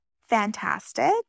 fantastic